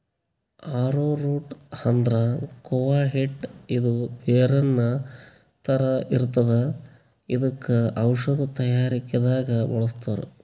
ಆರೊ root ಅಂದ್ರ ಕೂವ ಹಿಟ್ಟ್ ಇದು ಬೇರಿನ್ ಥರ ಇರ್ತದ್ ಇದಕ್ಕ್ ಔಷಧಿ ತಯಾರಿಕೆ ದಾಗ್ ಬಳಸ್ತಾರ್